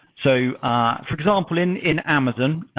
so ah for example, in in amazon,